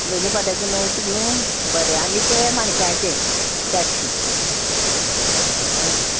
दोनी पाट्यांचे णवशीं दिवं बरें आनी तें माणक्याचे चारशीं